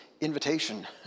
invitation